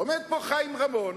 עומד פה חיים רמון,